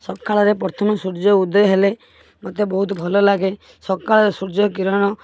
ସକାଳରେ ପ୍ରଥମ ସୂର୍ଯ୍ୟ ଉଦୟ ହେଲେ ମୋତେ ବହୁତ ଭଲ ଲାଗେ ସକାଳର ସୂର୍ଯ୍ୟ କିରଣ